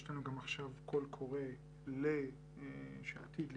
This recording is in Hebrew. יש לנו גם עכשיו קול קורא שעתיד להיסגר,